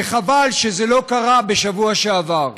וחבל שזה לא קרה בשבוע שעבר.